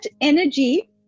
energy